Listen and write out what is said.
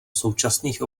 současných